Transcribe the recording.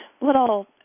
little